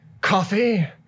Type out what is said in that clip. coffee